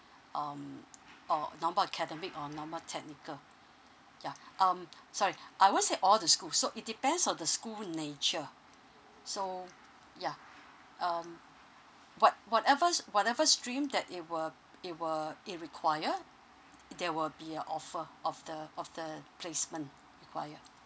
um or normal academic or normal technical yeah um sorry I won't say all the schools so it depends on the school nature so yeah um what whatever whatever stream that it will it will it require there will be a offer of the of the placement require